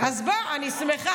אז אני שמחה.